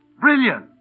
Brilliant